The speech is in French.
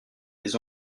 des